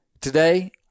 today